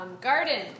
garden